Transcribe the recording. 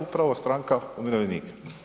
Upravo stranka umirovljenika.